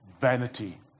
vanity